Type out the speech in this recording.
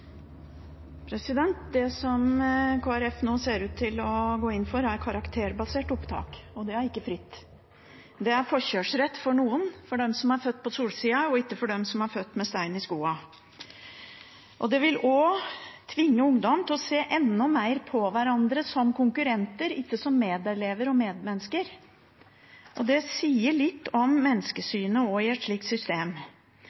karakterbasert opptak, og det er ikke fritt. Det er forkjørsrett for noen, for dem som er født på solsiden – ikke for dem som er født med stein i skoa. Det vil også tvinge ungdom til å se enda mer på hverandre som konkurrenter – ikke som medelever og medmennesker. Det sier litt om